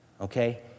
okay